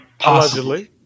Allegedly